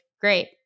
great